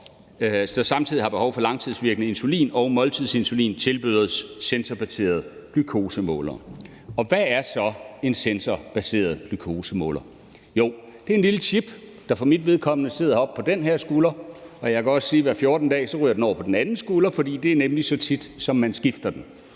der samtidig har behov for langtidsvirkende insulin og måltidsinsulin, tilbydes sensorbaserede glukosemålere. Og hvad er så en sensorbaseret glukosemåler? Jo, det er en lille chip, der for mit vedkommende sidder oppe på min ene skulder. Og jeg også sige, at hver 14. dag ryger den over på den anden skulder, for det er nemlig så tit, man skifter den.